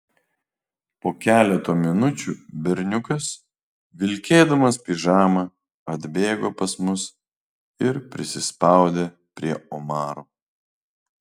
po keleto minučių berniukas vilkėdamas pižamą atbėgo pas mus ir prisispaudė prie omaro